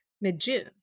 mid-June